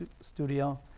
studio